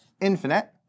infinite